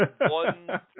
one